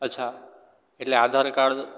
અચ્છા એટલે આધાર કાડ